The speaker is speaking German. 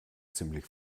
ziemlich